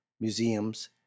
museums